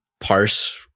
parse